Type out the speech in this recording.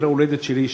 מעיר ההולדת שלי,